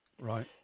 Right